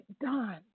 done